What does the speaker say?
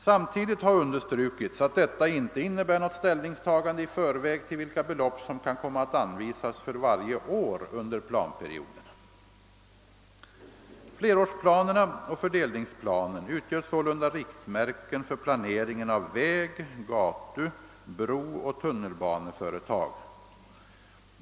Samtidigt har understrukits att detta inte innebär något ställningstagande i förväg till vilka belopp som kan komma att anvisas för varje år under planperioden. Flerårsplanerna och fördelningsplanen utgör sålunda riktmärken för planeringen av väg-, gatu-, brooch tunnelbaneföretag.